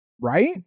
Right